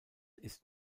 ist